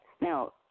Now